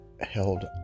held